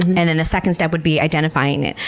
and then the second step would be identifying it,